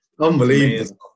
Unbelievable